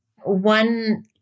One